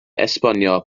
esbonio